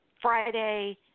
Friday